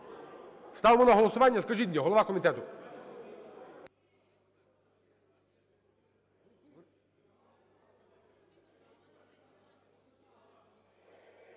Ставлю на голосування… Скажіть мені, голова комітету!